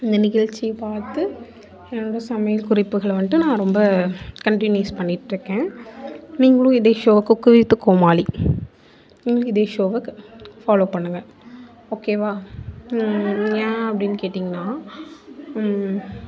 இந்த நிகழ்ச்சி பார்த்து எந்த சமையல் குறிப்புகள் வன்ட்டு நான் ரொம்ப கன்ட்டினியூஸ் பண்ணிவிட்டு இருக்கேன் நீங்களும் இதே ஷோ குக் வித் கோமாளி இதே ஷோவை ஃபாலோ பண்ணுங்கள் ஓகேவா ஏன் அப்படின்னு கேட்டிங்கன்னா